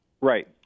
Right